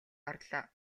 орлоо